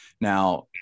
Now